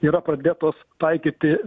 yra pradėtos taikyti